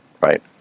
right